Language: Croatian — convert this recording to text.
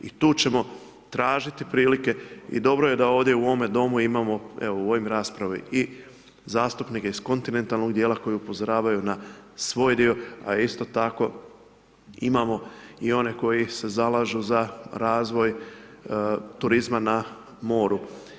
I tu ćemo tražiti prilike i dobro je da u ovdje u ovom Domu imamo u ovoj raspravi i zastupnike iz kontinentalnog dijela, koji upozoravaju na svoj dio, a isto tako imamo i one koji se zalažu za razvoj turizma na moru.